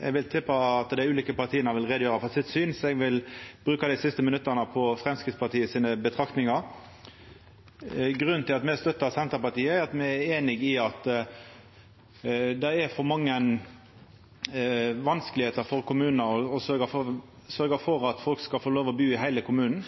Eg vil tippa at dei ulike partia vil gjera greie for sine syn, så eg vil bruka dei siste minutta på Framstegspartiets betraktningar. Grunnen til at me støttar Senterpartiet, er at me er einige i at det er for mange vanskar for kommunar når det gjeld å sørgja for at folk skal få lov til å bu i heile kommunen.